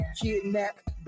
kidnapped